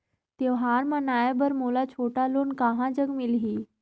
त्योहार मनाए बर मोला छोटा लोन कहां जग मिलही?